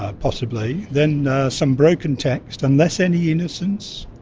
ah possibly, then some broken text, unless any innocence.